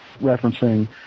Referencing